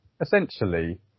Essentially